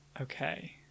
Okay